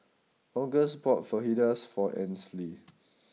August bought Fajitas for Ainsley